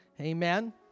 Amen